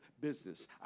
business